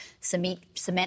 cement